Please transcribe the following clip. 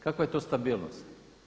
Kakva je to stabilnost?